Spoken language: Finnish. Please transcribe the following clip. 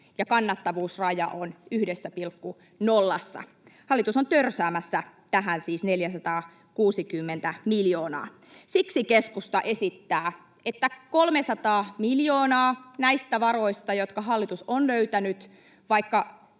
ja kannattavuusraja on 1,0:ssa. Hallitus on törsäämässä tähän siis 460 miljoonaa. Siksi keskusta esittää, että 300 miljoonaa näistä varoista, jotka hallitus on löytänyt